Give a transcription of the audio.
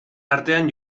artean